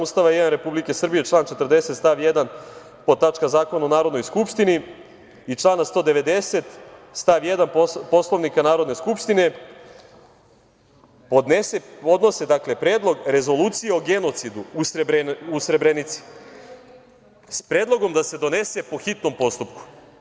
Ustava Republike Srbije, član 40. stav 1. podtačka Zakon o Narodnoj skupštini i člana 190. stav 1. Poslovnika Narodne skupštine, podnose Predlog rezolucije o genocidu u Srebrenici, sa predlogom da se donose po hitnom postupku.